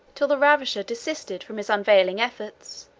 till the ravisher desisted from his unavailing efforts,